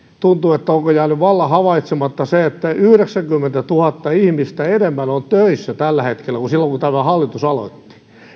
tuntuu että onko jäänyt vallan havaitsematta se että yhdeksänkymmentätuhatta ihmistä enemmän on töissä tällä hetkellä kuin silloin kun tämä hallitus aloitti